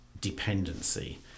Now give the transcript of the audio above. dependency